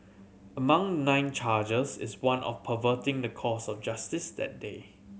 among nine charges is one of perverting the course of justice that day